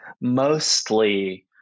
mostly